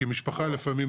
כי במשפחה לפעמים,